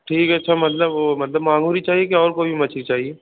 ठीक है अच्छा मतलब वह मतलब मांगूर ही चाहिए कि और कोई भी मछली चाहिए